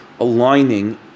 aligning